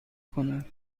کند